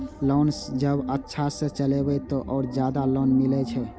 Loan जब अच्छा से चलेबे तो और ज्यादा लोन मिले छै?